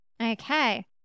Okay